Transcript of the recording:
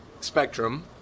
spectrum